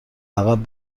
عقب